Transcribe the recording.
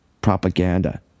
Propaganda